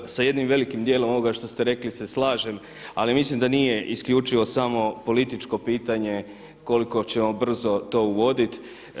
Pa dobro, sa jednim velikim dijelom ovoga što ste rekli se slažem ali mislim da nije isključivo samo političko pitanje koliko ćemo brzo to uvoditi.